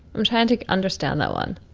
um santic, understand that one?